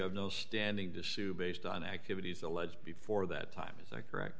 have no standing to sue based on activities alleged before that time is that correct